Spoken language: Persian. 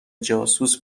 جاسوس